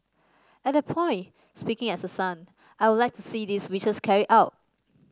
at that point speaking as a son I would like to see these wishes carried out